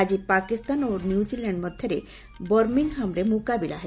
ଆଜି ପାକିସ୍ତାନ ଓ ନ୍ୟୁଜିଲାଣ୍ଡ ମଧ୍ୟରେ ବର୍ମିଂହାମ୍ରେ ମୁକାବିଲା ହେବ